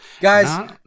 Guys